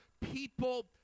people